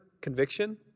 Conviction